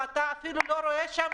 ואתה אפילו לא רואה שם